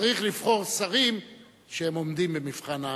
צריך לבחור שרים שעומדים במבחן האמינות.